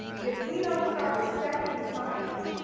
if we don't start respecting the science,